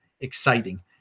exciting